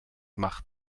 mach